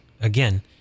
again